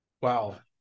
wow